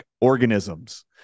organisms